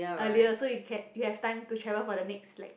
earlier so you can you have time to travel for the next lecture